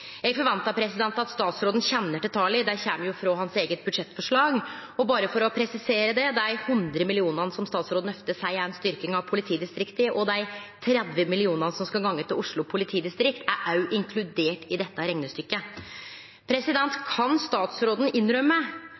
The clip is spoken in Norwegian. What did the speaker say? Eg forventar at statsråden kjenner til tala, dei kjem frå hans eige budsjettforslag. Og berre for å presisere det, dei 100 mill. kr som statsråden ofte seier er ei styrking av politidistrikta, og dei 30 mill. kr som skal gå til Oslo politidistrikt, er òg inkludert i dette reknestykket. Kan statsråden innrømme